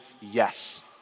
yes